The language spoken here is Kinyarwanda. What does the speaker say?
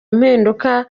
impinduka